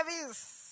service